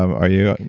are you?